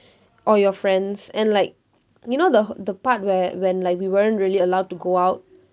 or your friends and like you know the the part where when like we weren't really allowed to go out